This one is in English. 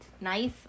Nice